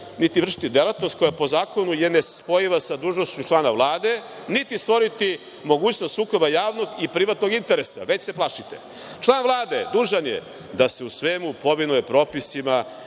niti vršiti delatnost koja po zakonu je nespojiva sa dužnošću člana Vlade, niti stvoriti mogućnost sukoba javnog i privatnog interesa. Već se plašite. Član Vlade je dužan da se u svemu povinuje propisima